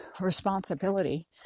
responsibility